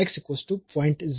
असतो